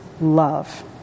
love